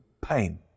pain